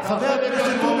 חבר הכנסת עודה,